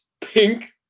pink